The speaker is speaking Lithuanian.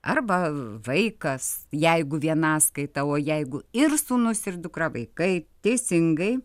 arba vaikas jeigu vienaskaita o jeigu ir sūnus ir dukra vaikai teisingai